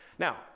Now